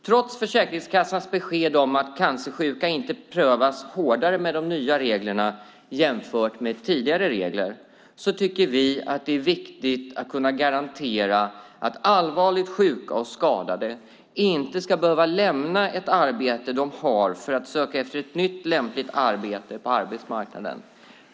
Trots Försäkringskassans besked om att cancersjuka inte prövas hårdare med de nya reglerna jämfört med tidigare regler tycker vi att det är viktigt att kunna garantera att allvarligt sjuka och skadade inte ska behöva lämna ett arbete de har för att söka efter ett nytt lämpligt arbete på arbetsmarknaden.